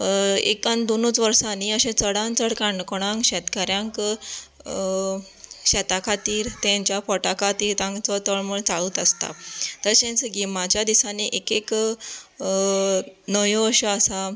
एक आनी दोनूच वर्सां न्ही अशें चडांत चड काणकोणांक शेतकाऱ्यांक शेतां खातीर तेंच्या पोटां खातीर ताचो तळमळ चालूच आसता तशेंच गिमाच्या दिसांनी एक एक न्हंयो अश्यो आसा